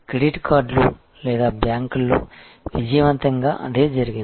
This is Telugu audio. క్రెడిట్ కార్డులు లేదా బ్యాంకుల్లో విజయవంతంగా అదే జరిగింది